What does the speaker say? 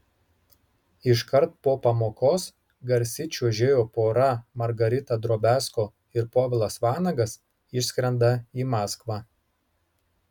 iškart po pamokos garsi čiuožėjų pora margarita drobiazko ir povilas vanagas išskrenda į maskvą